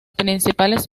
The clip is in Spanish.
principales